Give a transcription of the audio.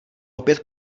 opět